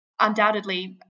undoubtedly